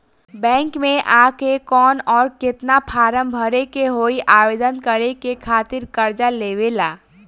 Bank मे आ के कौन और केतना फारम भरे के होयी आवेदन करे के खातिर कर्जा लेवे ला?